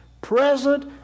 present